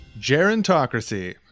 Gerontocracy